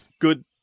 Good